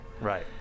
Right